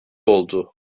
oldu